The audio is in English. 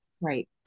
Right